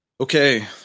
Okay